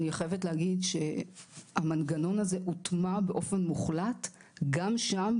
אני חייבת להגיד שהמנגנון הזה הוטמע באופן מוחלט גם שם,